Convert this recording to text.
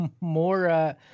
more